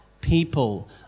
people